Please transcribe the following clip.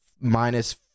minus